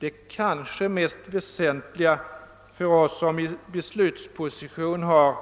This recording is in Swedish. Det kanske mest väsentliga för oss som i beslutsposition har